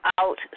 out